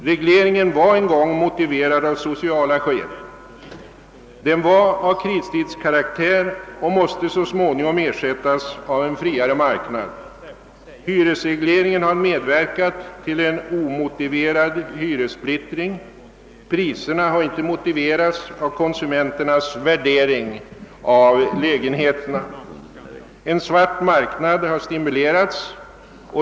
Regleringen var en gång motiverad av sociala skäl. Den var av kristidskaraktär och måste så småningom ersättas av en friare marknad. Hyresregleringen har medverkat till en omotiverad hyressplittring. Priserna har inte motiverats av konsumenternas värdering av lägenheterna. En svart marknad har stimulerats.